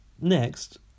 Next